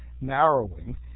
narrowing